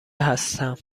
هستم